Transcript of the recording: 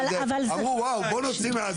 אמרו וואו בואו נוציא.